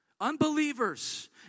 Unbelievers